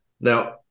Now